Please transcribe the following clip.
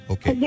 Okay